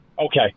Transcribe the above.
Okay